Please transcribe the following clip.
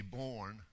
born